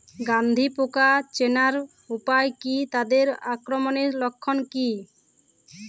গন্ধি পোকা চেনার উপায় কী তাদের আক্রমণের লক্ষণ কী?